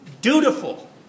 dutiful